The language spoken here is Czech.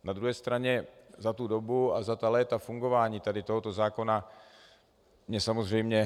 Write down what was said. Na druhé straně za tu dobu a za ta léta fungování tady tohoto zákona mě samozřejmě...